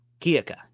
Kiaka